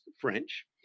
French